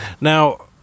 now